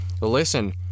listen